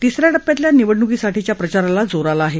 तिस या टप्प्यातल्या निवडणुकीसाठीच्या प्रचाराला जोर आला आहे